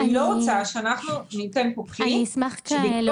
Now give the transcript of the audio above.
אני לא רוצה שאנחנו ניתן פה כלי שבעקבות